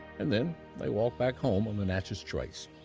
and then they walked back home on the natchez trace.